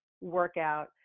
workout